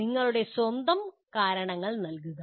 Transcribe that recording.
നിങ്ങളുടെ സ്വന്തം കാരണങ്ങൾ നൽകുക